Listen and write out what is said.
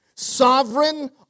Sovereign